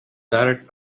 direct